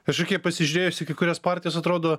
kažkokie pasižiūrėjus į kai kurias partijas atrodo